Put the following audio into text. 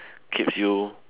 keeps you